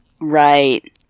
Right